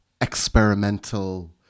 experimental